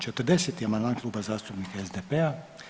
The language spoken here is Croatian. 40. amandman Kluba zastupnika SDP-a.